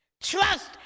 Trust